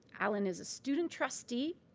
allen is a student trustee,